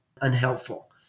unhelpful